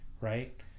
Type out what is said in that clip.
right